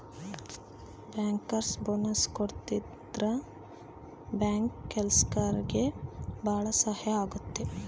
bankers bonus ಕೊಡೋದ್ರಿಂದ bank ಕೆಲ್ಸಗಾರ್ರಿಗೆ ಭಾಳ ಸಹಾಯ ಆಗುತ್ತೆ